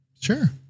Sure